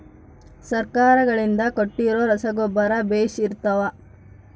ಸರ್ಕಾರಗಳಿಂದ ಕೊಟ್ಟಿರೊ ರಸಗೊಬ್ಬರ ಬೇಷ್ ಇರುತ್ತವಾ?